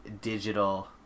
digital